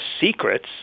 secrets